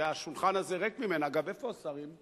שהשולחן הזה ריק ממנה, אגב, איפה השרים?